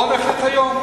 בואו נחליט היום.